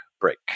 break